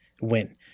win